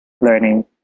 learning